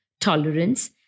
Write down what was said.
tolerance